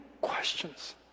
questions